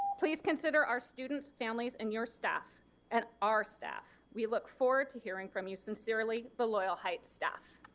please consider our students, families and your staff and our staff. we look forward to hearing from you. sincerely the loyal heights staff.